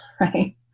right